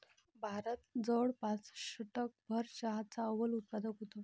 भारत जवळपास शतकभर चहाचा अव्वल उत्पादक होता